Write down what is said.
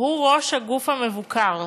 הוא ראש הגוף המבוקר,